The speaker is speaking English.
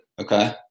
Okay